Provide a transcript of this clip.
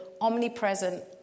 omnipresent